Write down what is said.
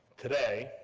today,